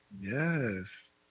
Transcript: Yes